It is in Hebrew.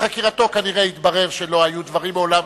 בחקירתו כנראה התברר שלא היו דברים מעולם.